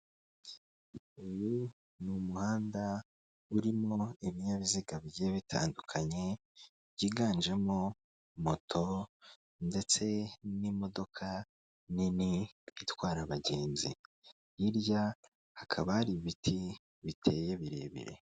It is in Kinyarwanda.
Uyu ni umuhanda urimo ibinyabiziga bigiye bitandukanye byiganjemo moto, ndetse n'imodoka nini itwara abagenzi, hirya hakaba hari ibiti biteye birebire.